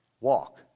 walk